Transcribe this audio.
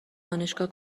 دانشگاه